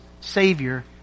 Savior